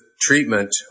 treatment